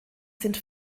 sind